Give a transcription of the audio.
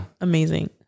Amazing